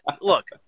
look